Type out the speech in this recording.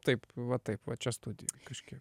taip va taip va čia studijoj kažkiek